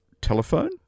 telephone